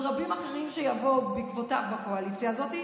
רבים אחרים שיבואו בעקבותיו בקואליציה הזו,